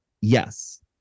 Yes